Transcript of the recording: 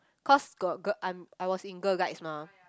cause got girl I'm I was in girl guides mah